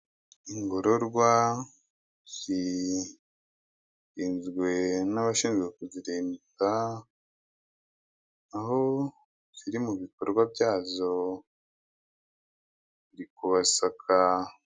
Ingororwa zirinzwe n'abashinzwe kuzirinda, aho ziri mu bikorwa byazo bari kubasaka.